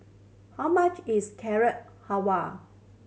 how much is Carrot Halwa